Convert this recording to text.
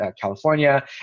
California